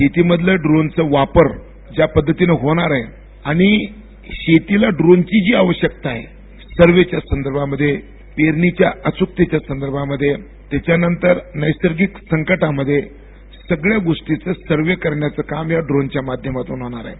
शेतीमधला डोनचा वापर ज्यापद्धतीनं होणार आहे आणि शेतीला डोनची जी आवश्यकता आहे सर्वेच्या संबंधामध्ये पेरणीच्या अच्कतेच्या संदर्भामध्ये त्याच्यानंतर नैसर्गिक संकटांमध्ये सगळ्या गोष्टीचं सर्वे करण्याचं काम या ड्रोनच्या माध्यमातन होणार आहे